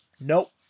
nope